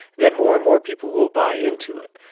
then more and more people will buy into it,